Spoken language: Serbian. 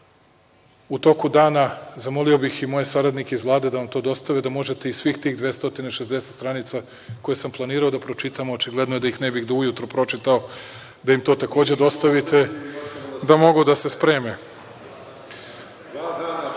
u toku dana, a zamolio bih i moje saradnike iz Vlade da vam to dostave, da možete i svih tih 260 stranica koje sam planirao da pročitam, a očigledno je da ih ne bi do ujutru pročitao, da im to takođe dostavite, da mogu da se